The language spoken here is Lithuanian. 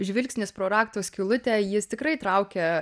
žvilgsnis pro rakto skylutę jis tikrai traukia